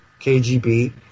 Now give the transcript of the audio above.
KGB